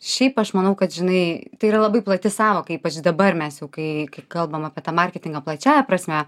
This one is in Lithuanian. šiaip aš manau kad žinai tai yra labai plati sąvoka ypač dabar mes jau kai kai kalbam apie tą marketingą plačiąja prasme